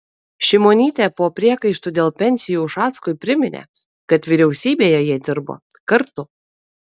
šimonytė po priekaištų dėl pensijų ušackui priminė kad vyriausybėje jie dirbo kartu